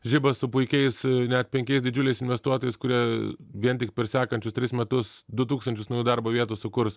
žiba su puikiais net penkiais didžiuliais investuotojais kurie vien tik per sekančius tris metus du tūkstančius naujų darbo vietų sukurs